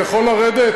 אני יכול לרדת?